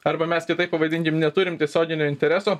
arba mes kitaip pavadinkim neturim tiesioginio intereso